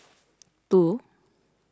two